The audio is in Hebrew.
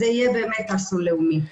זה יהיה באמת אסון לאומי.